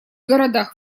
городах